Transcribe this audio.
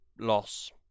loss